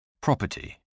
Property